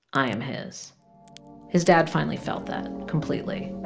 i am his his dad finally felt that completely